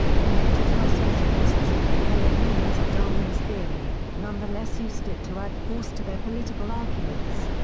he noted how socialists, although opponents of darwin's theory, nonetheless used it to add force to their political arguments.